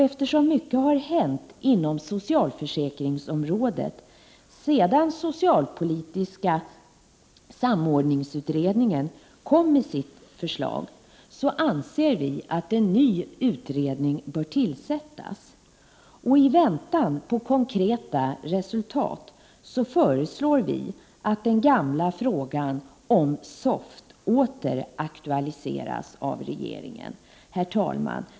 Eftersom mycket har hänt inom socialförsäkringsområdet sedan socialpolitiska samordningsutredningen lade fram sitt förslag, anser vi att en ny utredning bör tillsättas. I väntan på konkreta resultat föreslår vi att den gamla frågan om ett SOFT åter bör aktualiseras av regeringen. Herr talman!